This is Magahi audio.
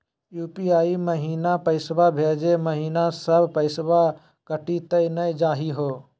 यू.पी.आई महिना पैसवा भेजै महिना सब पैसवा कटी त नै जाही हो?